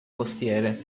costiere